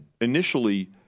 initially